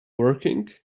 working